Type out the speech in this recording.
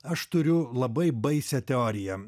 aš turiu labai baisią teoriją